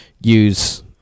use